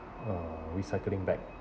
uh recycling bag